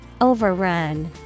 Overrun